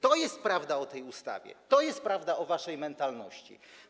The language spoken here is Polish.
To jest prawda o tej ustawie, to jest prawda o waszej mentalności.